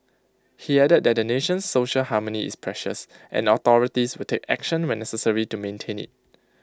he added that the nation's social harmony is precious and authorities will take action when necessary to maintain IT